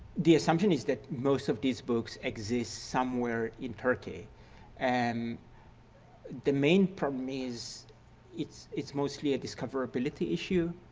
the assumption is that most of these books exist somewhere in turkey and the main problem is it's it's mostly a discoverability issue.